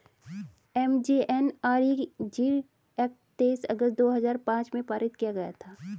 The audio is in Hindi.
एम.जी.एन.आर.इ.जी एक्ट तेईस अगस्त दो हजार पांच में पारित किया गया था